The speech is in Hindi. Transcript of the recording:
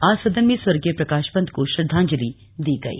आज सदन में स्वर्गीय प्रकाश पंत को श्रद्धांजलि दी गई